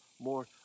more